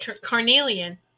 Carnelian